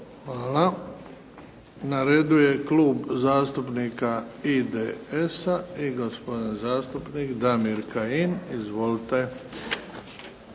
Hvala. Na radu je Klub zastupnika IDS-a i gospodin zastupnik Damir Kajin. Izvolite.